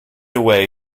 away